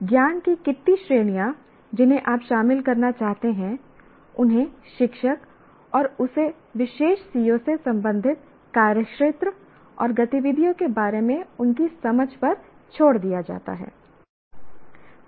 तो ज्ञान की कितनी श्रेणियां जिन्हें आप शामिल करना चाहते हैं उन्हें शिक्षक और उस विशेष CO से संबंधित कार्यक्षेत्र और गतिविधियों के बारे में उनकी समझ पर छोड़ दिया जाता है